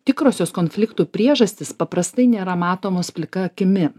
tikrosios konfliktų priežastys paprastai nėra matomos plika akimi